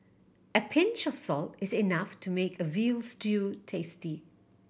a pinch of salt is enough to make a veal stew tasty